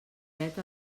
dret